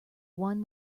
won